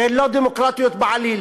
הן לא דמוקרטיות בעליל.